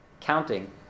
counting